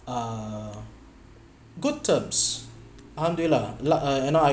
uh good terms um duila lik~ uh you know I